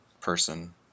person